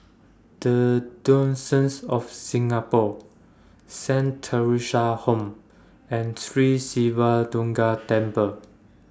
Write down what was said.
The Diocese of Singapore Saint Theresa's Home and Sri Siva Durga Temple